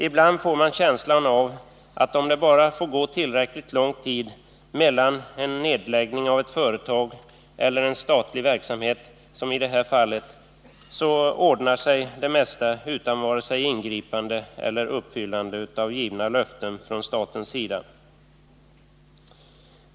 Ibland får man känslan av att om det bara får gå tillräckligt lång tid mellan en nedläggning av ett företag eller en statlig verksamhet, som i det här fallet, ordnar sig det mesta utan vare sig ingripande eller uppfyllande av givna löften från statens sida.